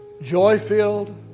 joy-filled